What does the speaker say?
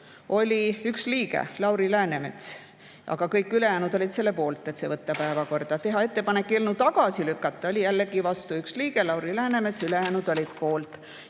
oli 1 liige – Lauri Läänemets. Kõik ülejäänud olid selle poolt, et see võtta päevakorda. Teha ettepanek eelnõu tagasi lükata – jällegi oli vastu 1 liige, Lauri Läänemets, ülejäänud olid poolt.